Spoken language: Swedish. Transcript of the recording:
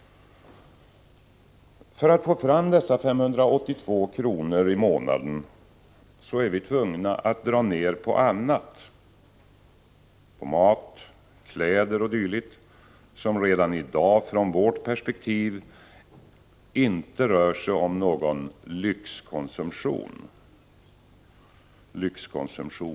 För att få fram dessa 582 kr i mån är vi tvungna att dra ner på annat, mat, kläder odyl som redan i dag från vårt perspektiv inte rör sig om någon ”lyxkonsumtion”.